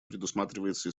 предусматривается